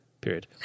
period